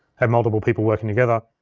have multiple people working together.